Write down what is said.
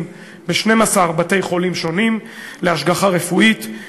ב-12 בתי-חולים שונים להשגחה רפואית.